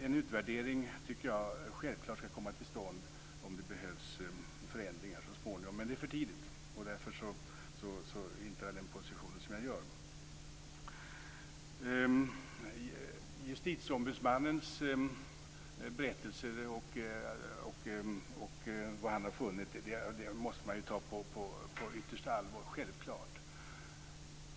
En utvärdering tycker jag självklart skall komma till stånd om det behövs förändringar så småningom. Men det är för tidigt, och därför intar jag den position jag gör. Justitieombudsmannens berättelse och det han har funnit måste man ju ta på yttersta allvar, självfallet.